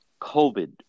COVID